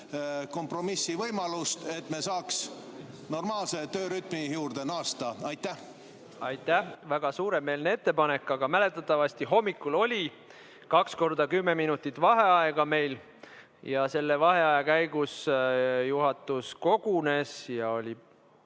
kompromissivõimalust, et me saaks normaalse töörütmi juurde naasta. Aitäh! Väga suuremeelne ettepanek, aga mäletatavasti hommikul oli meil kaks korda kümme minutit vaheaega ja selle vaheaja käigus juhatus kogunes ja oli